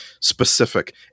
specific